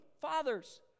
fathers